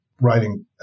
writing